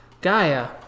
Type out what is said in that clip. Gaia